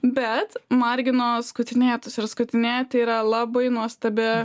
bet margino skutinėtus ir skutinėti yra labai nuostabi